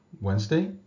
Wednesday